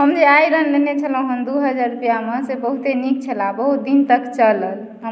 हम जे आइरन लेने छलहुँ हेँ दू हजार रुपैआमे बहुते नीक छलए बहुत दिन तक चलल हम